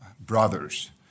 brothers